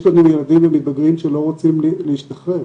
יש לנו ילדים ומתבגרים שלא רוצים להשתחרר,